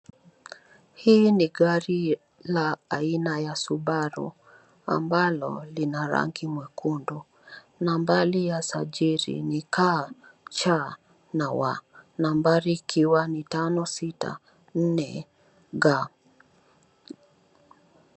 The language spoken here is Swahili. Hili ni gari la aina ya Subaru ambalo linaragi mwekundu nambari ya usajili ni KCW nambari ikiwa ni 564G.